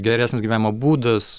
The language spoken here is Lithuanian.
geresnis gyvenimo būdas